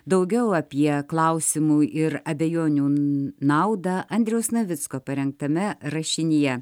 daugiau apie klausimų ir abejonių naudą andriaus navicko parengtame rašinyje